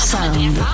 Sound